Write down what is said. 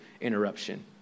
interruption